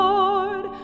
Lord